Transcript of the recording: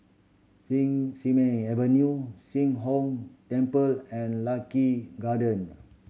sing Simei Avenue Sheng Hong Temple and Lucky Garden